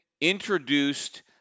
introduced